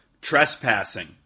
Trespassing